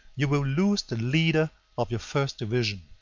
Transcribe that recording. you will lose the leader of your first division,